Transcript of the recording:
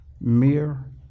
mere